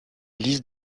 liste